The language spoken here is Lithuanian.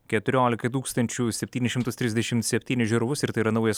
keturiolikai tūkstančių septyni šimtus trisdešim septynis žiūrovus ir tai yra naujas